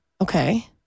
Okay